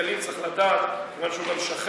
חבר הכנסת ילין צריך לדעת, כיוון שהוא גם שכן,